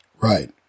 Right